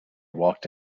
walked